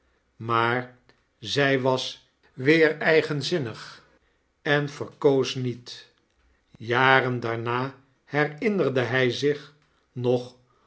maar zy was weer eigenzinnig en verkoos niet jaren daarna herinnerde hij zich nog